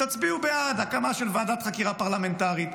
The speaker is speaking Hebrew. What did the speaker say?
תצביעו בעד הקמה של ועדת חקירה פרלמנטרית.